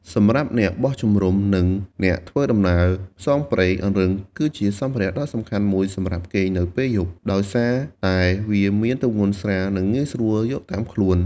សម្រាប់អ្នកបោះជំរុំ និងអ្នកធ្វើដំណើរផ្សងព្រេង អង្រឹងគឺជាសម្ភារៈដ៏សំខាន់មួយសម្រាប់គេងនៅពេលយប់ ដោយសារតែវាមានទម្ងន់ស្រាល និងងាយស្រួលយកតាមខ្លួន។